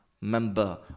member